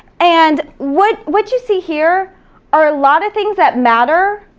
and what what you see here are a lot of things that matter,